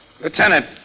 Lieutenant